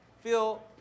Phil